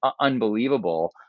unbelievable